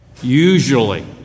Usually